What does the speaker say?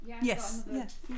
Yes